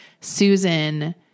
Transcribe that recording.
Susan